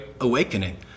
awakening